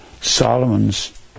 Solomon's